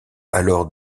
alors